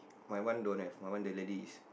my one don't have my one the lady is